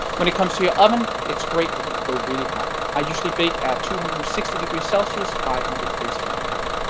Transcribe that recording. when it comes to your oven, it's great if it can go really hot, i usually bake at two hundred and sixty degrees celsius, five hundred degrees fahrenheit.